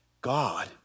God